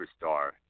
superstar